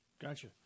Gotcha